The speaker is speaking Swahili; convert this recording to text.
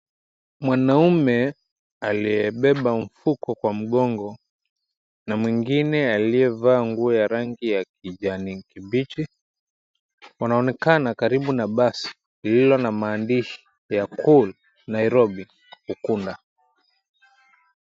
Mwanamme aliyebeba mfuko kwa mgongo, na mwengine aliyevaa nguo ya rangi ya kijani kibichi, wanaonekana karibu na basi lililo na maandishi ya Cool Nairobi Ukunda.